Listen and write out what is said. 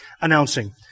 announcing